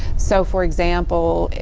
so, for example,